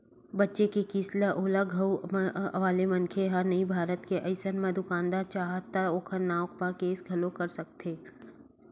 बचें के किस्त हे ओला आघू वाले मनखे ह नइ भरत हे अइसन म दुकानदार चाहय त ओखर नांव म केस घलोक कर सकत हे